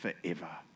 forever